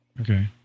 okay